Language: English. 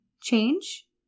Change